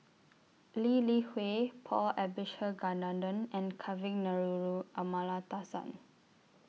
Lee Li Hui Paul Abisheganaden and Kavignareru Amallathasan